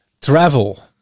travel